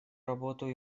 работу